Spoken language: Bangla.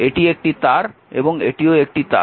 এটি একটি তার এবং এটিও একটি তার